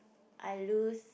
I lose